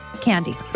candy